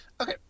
Okay